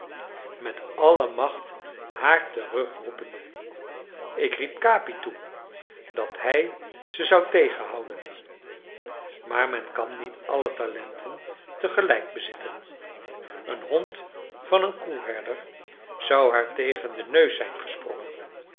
met alle macht haar terugroepende ik riep capi toe dat hij ze zou tegenhouden maar men kan niet alle talenten te gelijk bezitten een hond van een koeherder zou haar tegen den neus zijn gesprongen